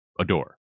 adore